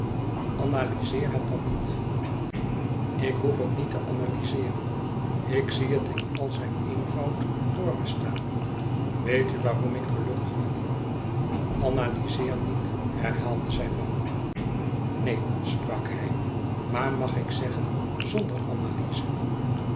analyzeer het dan niet ik hoef het niet te analyzeeren ik zie het in al zijn eenvoud voor mij staan weet u waarom ik gelukkig ben analyzeer niet herhaalde zij bang neen sprak hij maar mag ik het zeggen zonder analyze